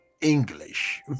English